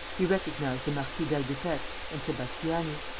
he recognized the marquis d'albufex and sebastiani.